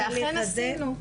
ואכן עשינו,